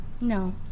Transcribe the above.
No